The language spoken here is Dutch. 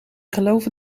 geloven